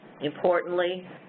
Importantly